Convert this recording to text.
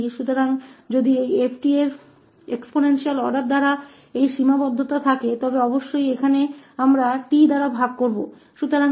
तो अगर इस 𝑡 में एक्सपोनेंशियल फंक्शन द्वारा यह सीमा है तो निश्चित रूप से यहां हम 𝑡 से भी विभाजित कर रहे हैं